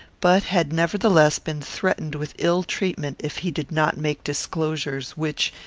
but had nevertheless been threatened with ill treatment if he did not make disclosures which,